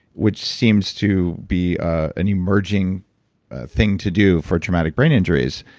which seems to be an emerging thing to do for traumatic brain injuries.